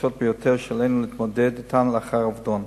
ביותר שעלינו להתמודד אתן לאחר אובדן.